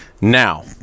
now